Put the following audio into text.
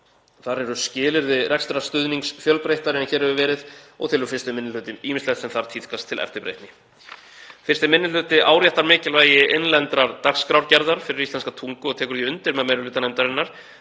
Þar eru skilyrði rekstrarstuðnings fjölbreyttari en hér hefur verið og telur 1. minni hluti ýmislegt sem þar tíðkast til eftirbreytni. Fyrsti minni hluti áréttar mikilvægi innlendrar dagskrárgerðar fyrir íslenska tungu og tekur því undir með meiri hluta nefndarinnar